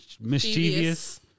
mischievous